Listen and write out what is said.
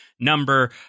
number